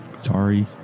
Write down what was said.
sorry